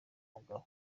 umugabo